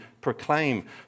proclaim